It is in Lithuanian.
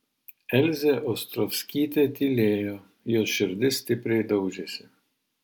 elzė ostrovskytė tylėjo jos širdis stipriai daužėsi